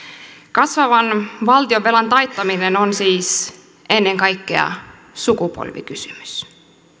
kasvavan valtionvelan taittaminen on siis ennen kaikkea sukupolvikysymys